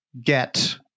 get